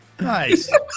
Nice